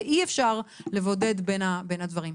ואי-אפשר לבודד בין הדברים.